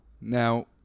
Now